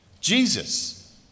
Jesus